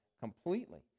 completely